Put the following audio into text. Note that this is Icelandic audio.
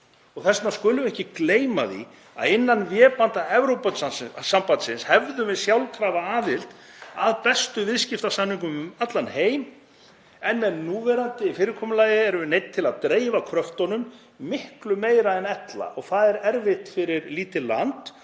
vegna skulum við ekki gleyma því að innan vébanda Evrópusambandsins hefðum við sjálfkrafa aðild að bestu viðskiptasamningum um allan heim. En með núverandi fyrirkomulagi erum við neydd til að dreifa kröftunum miklu meira en ella og það er erfitt fyrir lítið land.